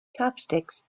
chopsticks